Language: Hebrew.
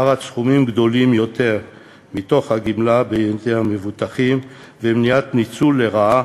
השארת סכומים גדולים יותר מהגמלה בידי המבוטחים ומניעת ניצול לרעה